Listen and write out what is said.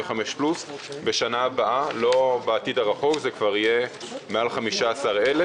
- בשנה הבאה לא בעתיד הרחוק זה יהיה מעל 15,000,